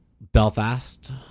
Belfast